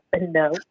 no